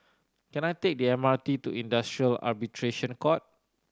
can I take the M R T to Industrial Arbitration Court